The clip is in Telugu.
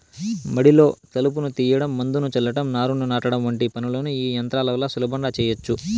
మడిలో కలుపును తీయడం, మందును చల్లటం, నారును నాటడం వంటి పనులను ఈ యంత్రాల వల్ల సులభంగా చేయచ్చు